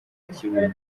kibuye